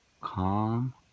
calm